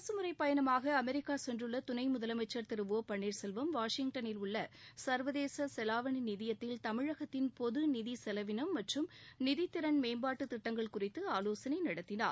அரசமுறைப் பயணமாக அமெரிக்கா சென்றுள்ள துணை முதலமைச்சா் திரு ஒ பன்னீாசெல்வம் வாஷிங்டனில் உள்ள சர்வதேச செலாவணி நாணய நிதியத்தில் தமிழகத்தின் பொது நிதி செலவினம் மற்றும் நிதித் திறன் மேம்பாட்டு திட்டங்கள் குறித்து ஆலோசனை நடத்தினார்